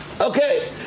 Okay